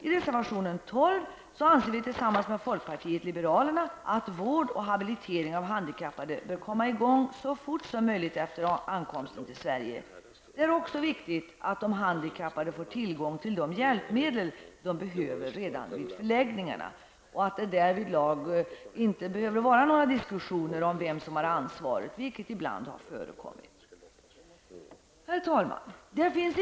I reservation 12 påpekar vi och folkpartiet liberalerna att vård och habilitering av handikappade bör komma i gång så fort som möjligt efter flyktingarnas ankomst till Sverige. Det är också viktigt att de handikappade får tillgång till de hjälpmedel de behöver redan vid förläggningarna och att det inte behöver vara några diskussioner om vem som har ansvaret, vilket ibland förekommit. Herr talman!